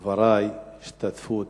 בדברי, השתתפות